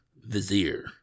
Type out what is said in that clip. Vizier